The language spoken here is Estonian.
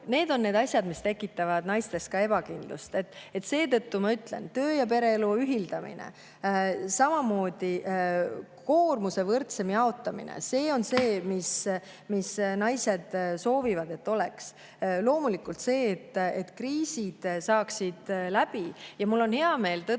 need on need asjad, mis tekitavad naistes ebakindlust. Seetõttu, töö‑ ja pereelu ühildamine, samamoodi koormuse võrdsem jaotamine on see, mida naised soovivad. Loomulikult ka see, et kriisid saaksid läbi. Mul on hea meel tõdeda,